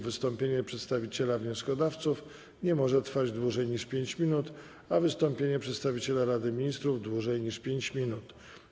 Wystąpienie przedstawiciela wnioskodawców nie może trwać dłużej niż 5 minut, a wystąpienie przedstawiciela Rady Ministrów - dłużej niż 5 minut.